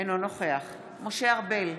אינו נוכח משה ארבל,